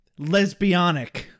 lesbianic